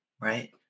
Right